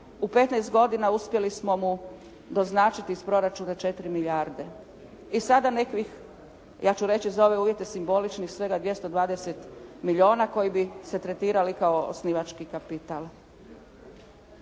U 15 godina uspjeli smo mu doznačiti iz proračuna 4 milijarde. I sada nekakvih ja ću reći za ove uvjete simboličnih svega 220 milijuna koji bi se tretirali kao osnivački kapital.